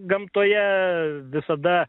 gamtoje visada